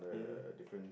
mmhmm